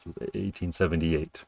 1878